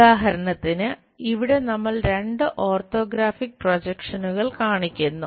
ഉദാഹരണത്തിന് ഇവിടെ നമ്മൾ രണ്ട് ഓർത്തോഗ്രാഫിക് പ്രൊജക്ഷനുകൾ കാണിക്കുന്നു